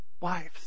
Wives